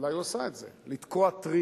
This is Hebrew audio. אולי הוא עשה את זה, לתקוע טריז